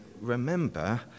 remember